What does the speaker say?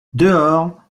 dehors